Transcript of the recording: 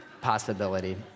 possibility